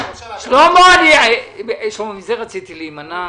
שלמה, מזה רציתי להימנע.